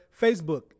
Facebook